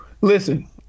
Listen